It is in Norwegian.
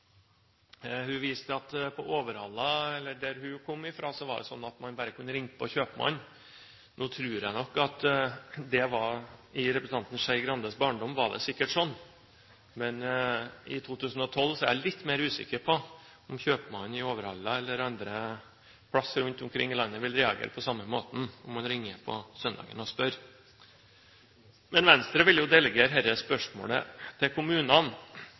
Hun viste til at i Overhalla, der hun kommer fra, var det sånn at man bare kunne ringe til kjøpmannen. I representanten Skei Grandes barndom var det sikkert sånn, men i 2012 er jeg litt mer usikker på om kjøpmannen i Overhalla, eller kjøpmenn andre plasser rundt omkring i landet, vil reagere på samme måten om man ringer på søndagen og spør. Men Venstre vil jo delegere dette spørsmålet til kommunene.